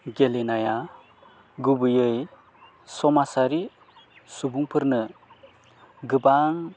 गेलेनाया गुबैयै समाजारि सुबुंफोरनो गोबां